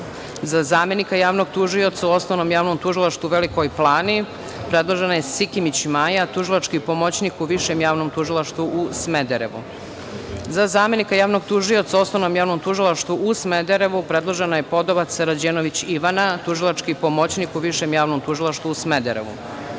Za zamenika javnog tužioca u Osnovnom javnom tužilaštvu u Velikoj Plani predložena je Sikimić Maja, tužilački pomoćnik u Višem javnom tužilaštvu u Smederevu.Za zamenika javnog tužioca u Osnovnom javnom tužilaštvu u Smederevu predložena je Podovac Ranđelović Ivana, tužilački pomoćnik u Višem javnom tužilaštvu u Smederevu.Za